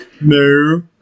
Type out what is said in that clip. no